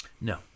No